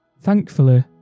Thankfully